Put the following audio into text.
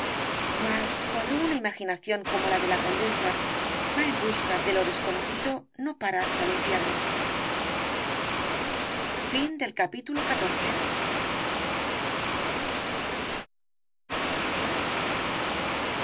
mas cuando una imaginación como la de la condesa va en busca de lo desconocido no para hasta el infierno rosalía